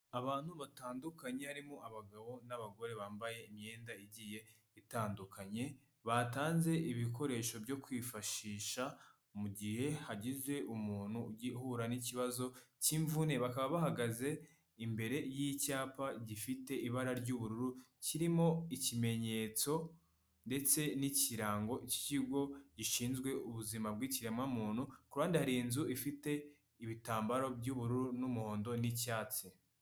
Abantu batandukanye harimo abagabo n'abagore bambaye imyenda igiye itandukanye, batanze ibikoresho byo kwifashisha mu gihe hagize umuntu uhura n'ikibazo cy'imvune bakaba bahagaze imbere y'icyapa gifite ibara ry'ubururu kirimo ikimenyetso ndetse n'ikirango cy'ikigo gishinzwe ubuzima bw'ikiremwa muntu, ku ruhande hari inzu ifite ibitambaro by'ubururu n'umuhondo n'icyatsi.